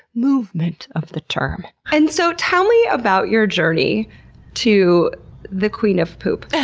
movement, of the term. and so tell me about your journey to the queen of poop. yeah